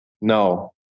no